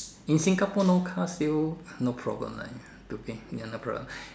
in Singapore no car still no problem like ya to in ya no problem